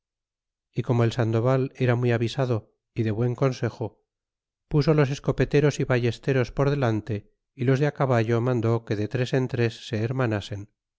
y como el sandoval era muy avisado y de buen consejo puso los escopeteros y ballesteros por delante y los de caballo mandó que de tres en tres se hermanasen